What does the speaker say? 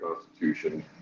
Constitution